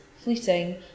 fleeting